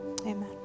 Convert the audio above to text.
amen